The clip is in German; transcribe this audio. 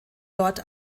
dort